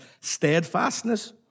steadfastness